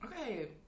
Okay